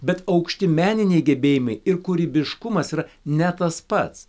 bet aukšti meniniai gebėjimai ir kūrybiškumas yra ne tas pats